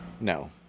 No